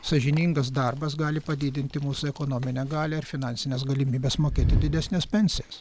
sąžiningas darbas gali padidinti mūsų ekonominę galią ir finansines galimybes mokėti didesnes pensijas